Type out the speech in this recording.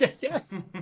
Yes